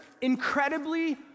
incredibly